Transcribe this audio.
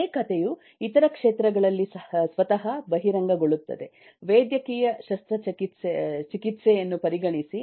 ಅದೇ ಕಥೆಯು ಇತರ ಕ್ಷೇತ್ರಗಳಲ್ಲಿ ಸ್ವತಃ ಬಹಿರಂಗಗೊಳ್ಳುತ್ತದೆ ವೈದ್ಯಕೀಯ ಶಸ್ತ್ರಚಿಕಿತ್ಸೆಯನ್ನು ಪರಿಗಣಿಸಿ